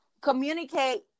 communicate